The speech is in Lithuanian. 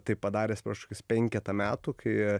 taip padaręs prieš kokius penketą metų kai